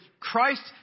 Christ